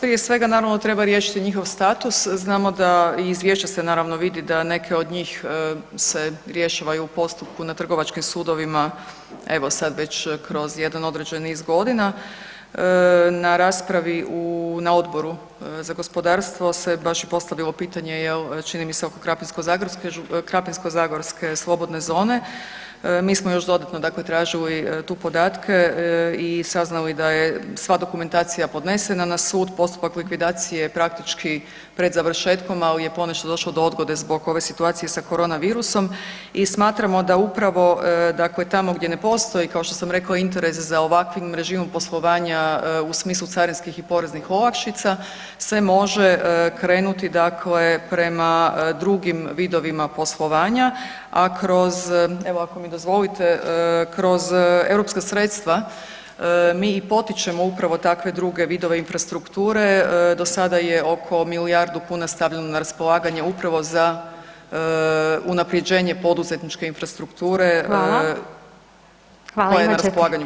Prije svega naravno da treba riješiti njihov status, znamo da i izvješća se naravno da neke od njih se rješavaju u postupku na trgovačkim sudovima, evo sad već kroz određeni niz godina, na raspravi, na Odboru za gospodarstvo se baš i postavilo pitanje, jel, čini mi se oko krapinsko-zagorske slobodne zone, mi smo još dodatno dakle tražili tu podatke i saznali da je sva dokumentacija podnesena, na sudu postupak likvidacije praktički pred završetkom ali je ponešto došlo do odgode zbog ove situacije sa korona virusom i smatramo da upravo dakle tamo gdje ne postoji kao što sam rekla, interes za ovakvim režimom poslovanja u smislu carinskih i poreznih olakšica se može krenuti dakle prema drugim vidovima poslovanja a kroz evo ako mi dozvolite, kroz europska sredstva mi i potičemo upravo takve druge vidove infrastrukture, do sada je oko milijardu kuna stavljeno na raspolaganje upravo za unaprjeđenje poduzetničke infrastrukture [[Upadica Glasovac: Hvala.]] koja je na raspolaganju poduzetnicima.